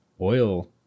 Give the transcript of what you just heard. oil